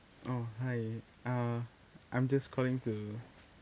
oh hi uh I'm just calling to